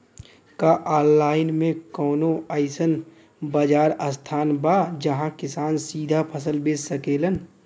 का आनलाइन मे कौनो अइसन बाजार स्थान बा जहाँ किसान सीधा फसल बेच सकेलन?